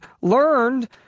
learned